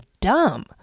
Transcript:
dumb